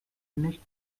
finished